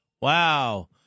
Wow